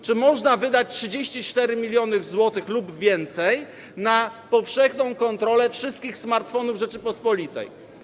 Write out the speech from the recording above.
Czy można wydać 34 mln zł lub więcej na powszechną kontrolę wszystkich smartfonów Rzeczypospolitej?